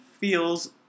feels